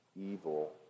evil